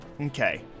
Okay